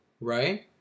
right